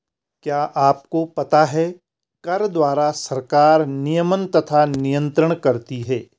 क्या आपको पता है कर द्वारा सरकार नियमन तथा नियन्त्रण करती है?